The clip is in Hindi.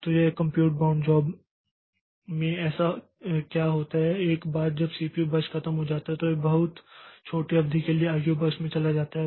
तो एक कम्प्यूट बाउंड जॉब में ऐसा क्या होता है कि एक बार जब सीपीयू बर्स्ट खत्म हो जाता है तो यह बहुत छोटी अवधि के लिए आईओ बर्स्ट में चला जाता है